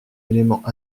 élément